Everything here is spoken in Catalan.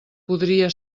podria